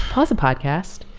paul has a podcast.